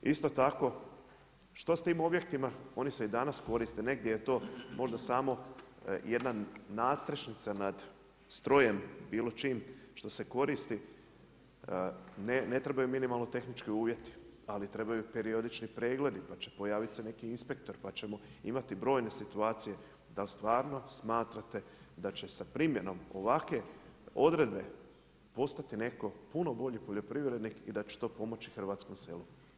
Isto tako, što s tim objektima, oni se i danas koriste, negdje je to možda samo jedna nadstrešnica nad strojem bilo čijim što se koristi, ne trebaju minimalno tehnički uvjeti, ali trebaju periodični pregledi pa će pojavit se neki inspektor pa ćemo imati brojne situacije dal' stvarno smatrate da će sa primjenom ovakve odredbe postati netko puno bolji poljoprivrednik i da će to pomoći hrvatskom selu?